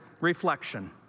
reflection